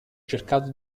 cercato